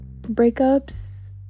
Breakups